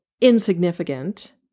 insignificant